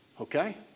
Okay